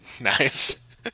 Nice